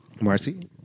Marcy